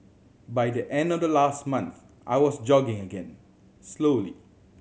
by the end of the last month I was jogging again slowly